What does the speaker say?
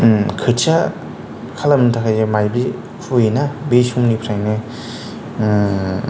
खोथिया खालामनो थाखाय जे माइज्लि खुबैयोना बे समनिफ्रायनो